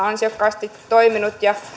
ansiokkaasti toiminut ja